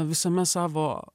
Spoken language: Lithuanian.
visame savo